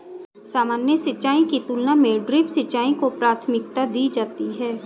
सामान्य सिंचाई की तुलना में ड्रिप सिंचाई को प्राथमिकता दी जाती है